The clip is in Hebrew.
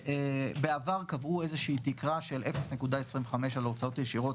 בעבר קבעו איזושהי תקרה של 0.25 על ההוצאות הישירות.